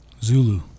Zulu